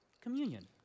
communion